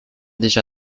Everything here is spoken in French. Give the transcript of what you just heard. déjà